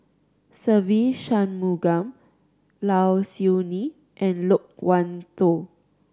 Se Ve Shanmugam Low Siew Nghee and Loke Wan Tho